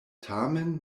tamen